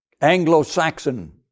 Anglo-Saxon